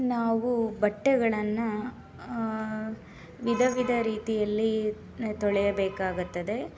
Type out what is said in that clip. ನಾವು ಬಟ್ಟೆಗಳನ್ನು ವಿಧವಿಧ ರೀತಿಯಲ್ಲಿ ತೊಳೆಯಬೇಕಾಗುತ್ತದೆ